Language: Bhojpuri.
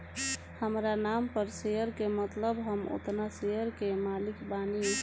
हामरा नाम पर शेयर के मतलब हम ओतना शेयर के मालिक बानी